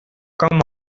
come